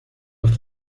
with